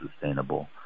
sustainable